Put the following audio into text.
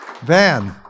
Van